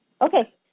Okay